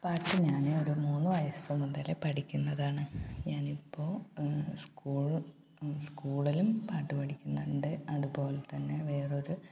പാട്ട് ഞാൻ ഒരു മൂന്ന് വയസ്സ് മുതൽ പഠിക്കുന്നതാണ് ഞാൻ ഇപ്പോൾ സ്കൂൾ സ്കൂളിലും പാട്ട് പഠിക്കുന്നുണ്ട് അതുപോലെ തന്നെ വേറെ ഒരു